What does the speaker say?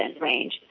range